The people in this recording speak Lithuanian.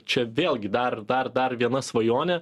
čia vėlgi dar dar dar viena svajonė